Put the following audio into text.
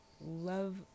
Love